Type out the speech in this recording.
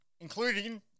including